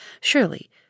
surely